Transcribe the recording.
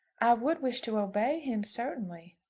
i would wish to obey him, certainly.